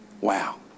Wow